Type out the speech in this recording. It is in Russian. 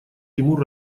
тимур